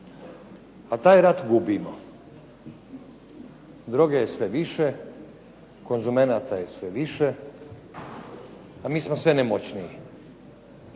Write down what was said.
a taj rat gubimo. Droge je sve više, konzumenata je sve više, a mi smo sve nemoćniji.